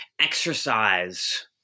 exercise